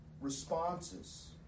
responses